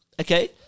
Okay